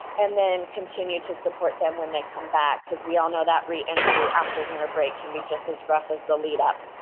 and then continue to support them when they come back, because we all know that reentry after winter break can be just as rough as the lead up,